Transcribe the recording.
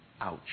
Ouch